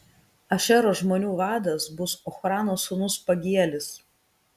ašero žmonių vadas bus ochrano sūnus pagielis